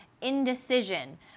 indecision